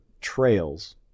trails